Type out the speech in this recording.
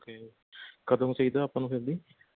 okay ਕਦੋਂ ਚਾਹੀਦਾ ਆਪਾਂ ਨੂੰ ਫਿਰ ਵੀ